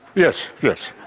yes, yes!